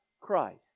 Christ